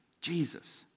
Jesus